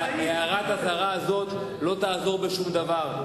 הערת האזהרה הזאת לא תעזור לשום דבר,